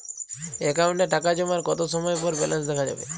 অ্যাকাউন্টে টাকা জমার কতো সময় পর ব্যালেন্স দেখা যাবে?